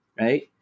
Right